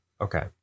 okay